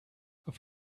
auf